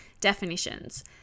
definitions